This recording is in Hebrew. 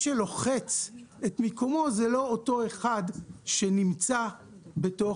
שלוחץ על המיקום זה לא אותו אחד שנמצא באותו